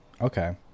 Okay